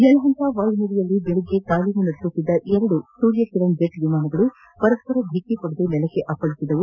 ಯಲಹಂಕ ವಾಯುನೆಲೆಯಲ್ಲಿ ಬೆಳಗ್ಗೆ ತಾಲೀಮು ನಡೆಸುತ್ತಿದ್ದ ಎರಡು ಸೂರ್ಯಕಿರಣ್ ಜೆಟ್ ವಿಮಾನಗಳು ಪರಸ್ಪರ ಡಿಕ್ಕಿ ಹೊಡೆದು ನೆಲಕ್ಷೆ ಅಪ್ಪಳಿಸಿದವು